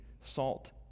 salt